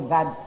God